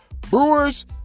Brewers